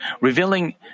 revealing